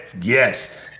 Yes